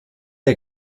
der